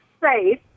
safe